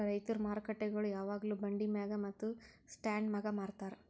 ರೈತುರ್ ಮಾರುಕಟ್ಟೆಗೊಳ್ ಯಾವಾಗ್ಲೂ ಬಂಡಿ ಮ್ಯಾಗ್ ಮತ್ತ ಸ್ಟಾಂಡ್ ಮ್ಯಾಗ್ ಮಾರತಾರ್